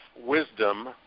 wisdom